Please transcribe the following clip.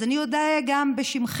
אז אני אודה גם בשמכם,